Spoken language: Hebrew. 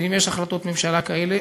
ואם יש החלטות ממשלה כאלה,